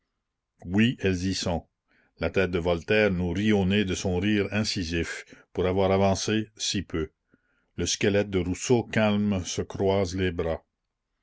oui elles y sont la tête de voltaire nous rit au nez de son rire incisif pour avoir avancé si peu le squelette de rousseau calme se croise les bras